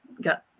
got